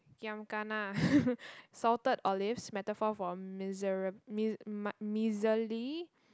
giam kena salted olives metaphor for miserab~ mis~ miserly